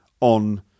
on